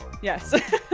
Yes